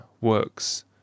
Works